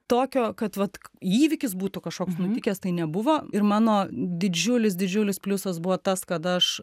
tokio kad vat įvykis būtų kažkoks nutikęs tai nebuvo ir mano didžiulis didžiulis pliusas buvo tas kad aš